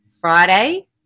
Friday